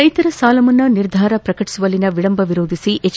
ರೈತರ ಸಾಲಮನ್ನಾ ನಿರ್ಧಾರ ಪ್ರಕಟಿಸುವಲ್ಲಿನ ವಿಳಂಬ ವಿರೋಧಿಸಿ ಎಚ್